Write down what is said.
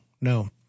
No